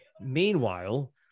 Meanwhile